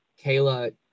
Kayla